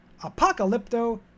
Apocalypto